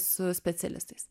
su specialistais